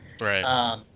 Right